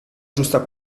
giusta